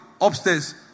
upstairs